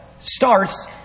starts